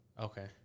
Okay